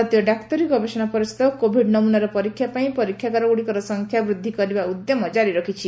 ଭାରତୀୟ ଡାକ୍ତରୀ ଗବେଷଣା ପରିଷଦ କୋଭିଡ୍ ନମୁନାର ପରୀକ୍ଷା ପାଇଁ ପରୀକ୍ଷାଗାରଗୁଡ଼ିକର ସଂଖ୍ୟା ବୃଦ୍ଧି କରିବା ଉଦ୍ୟମ ଜାରି ରଖିଛି